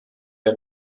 der